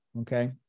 okay